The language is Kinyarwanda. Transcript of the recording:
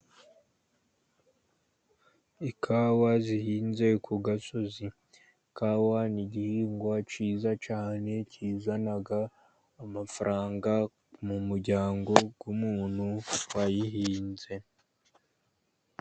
Ikawa zihinze ku gasozi, kawa ni igihingwa cyiza cyane kizana amafaranga mu muryango w'umuntu wayihinze.